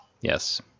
Yes